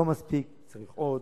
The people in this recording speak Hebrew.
לא מספיק, צריך עוד.